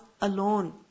alone